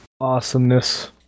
awesomeness